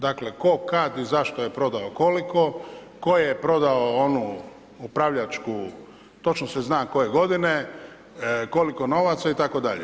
Dakle, tko, kad i zašto je prodao i koliko, tko je prodao onu upravljačku, točno se zna koje godine, koliko novaca itd.